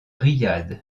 riyad